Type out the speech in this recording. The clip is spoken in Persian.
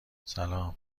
سلام